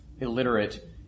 illiterate